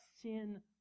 sin